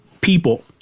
people